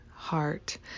heart